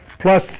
plus